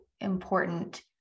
important